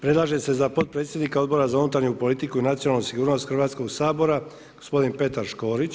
Predlaže se za potpredsjednika Odbora za unutarnju politiku i nacionalnu sigurnost Hrvatskoga sabora, gospodin Petar Škorić.